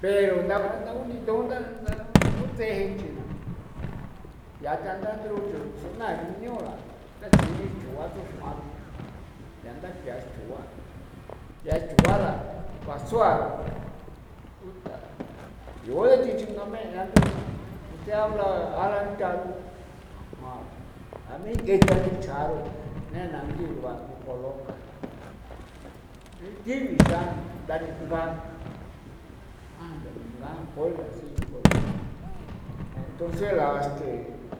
Pero nda nda undiduu nda nda utse jee china yaa tha ndaru chu suna herminio ra tatsjini tsu'ua tsuxr'uan yaa nda b'ia chugua yaa chugua la ba tsua la uta yu thi chingame'e antru na usted habla a lantha' runa a jan ra' mee nk'e ta nichja ru ne na ngigua- popoloca iti bixian ndaninga an ndaninga puebla si pola entonce la este